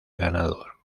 ganador